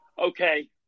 Okay